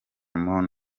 mon